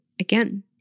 Again